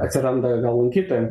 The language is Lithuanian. atsiranda gal lankytojam